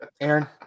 Aaron